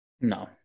No